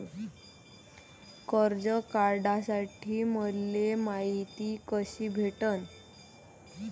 कर्ज काढासाठी मले मायती कशी भेटन?